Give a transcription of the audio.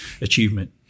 achievement